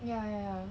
ya ya